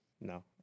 no